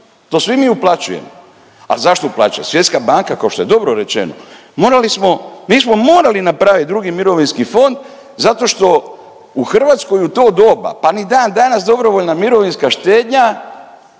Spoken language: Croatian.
To svi mi uplaćujemo. A zašto uplaćujemo? Svjetska banka kao što je dobro rečeno. Morali smo, mi smo morali napravit 2. mirovinski fond zato što u Hrvatskoj u to doba pa ni dan danas dobrovoljna mirovinska štednja